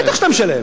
בטח שאתה משלם.